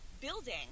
building